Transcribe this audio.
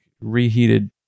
reheated